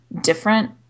different